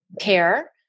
care